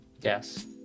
Yes